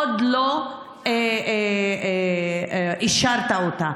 עוד לא אישרת אותה.